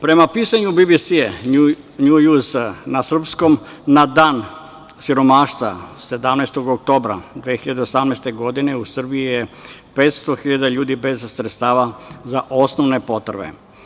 Prema pisanju BBS „Njuz“ na srpskom, da Dan siromaštva 17. oktobra 2018. godine, u Srbiji je 500.000 ljudi bez sredstava za osnovne potrebe.